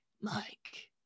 Mike